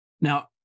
Now